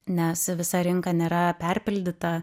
nes visa rinka nėra perpildyta